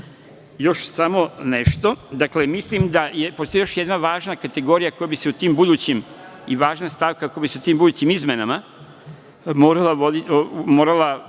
samo nešto. Dakle, mislim da postoji još jedna važna kategorija koja bi se u tim budućim, i važna stavka,